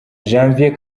janvier